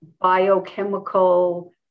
biochemical